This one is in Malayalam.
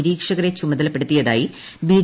നിരീക്ഷകരെ ചുമതലപ്പെടുത്തിയതായി ബി്